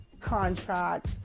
contract